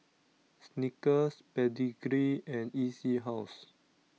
Snickers Pedigree and E C House